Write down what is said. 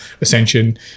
ascension